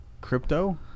crypto